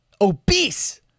obese